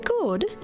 good